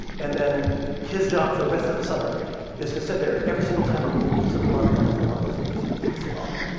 and then his job for the rest of the summer is to sit there. every single time a little piece of mud lands on one of those eggs, he picks it off.